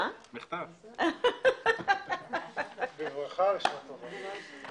2 בעד, אין מתנגדים ואין נמנעים.